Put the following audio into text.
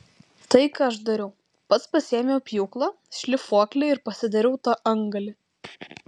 tai ką aš dariau pats pasiėmiau pjūklą šlifuoklį ir pasidariau tą antgalį